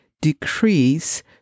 decrease